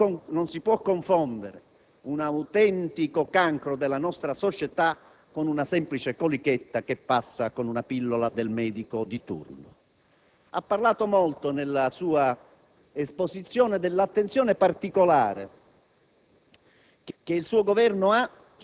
sottovalutate in questo modo: non si può confondere un autentico cancro della nostra società con una semplice colichetta guarita da una pillola del medico di turno. Ha parlato molto nella sua esposizione dell'attenzione particolare